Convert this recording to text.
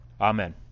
Amen